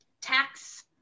tax